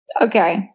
okay